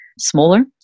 smaller